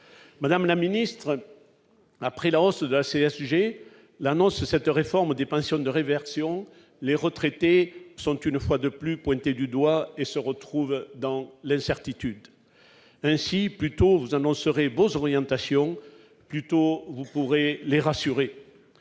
Madame la ministre, après la hausse de la CSG, avec l'annonce de cette réforme des pensions de réversion, les retraités sont une fois de plus pointés du doigt et se retrouvent dans l'incertitude. Ainsi, plus tôt vous annoncerez vos orientations, plus tôt vous pourrez rassurer,